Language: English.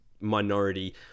Minority